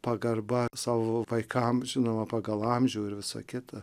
pagarba savo vaikam žinoma pagal amžių ir visa kita